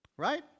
Right